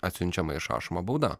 atsiunčiama išrašoma bauda